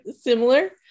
similar